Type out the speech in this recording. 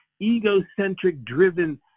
egocentric-driven